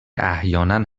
احیانا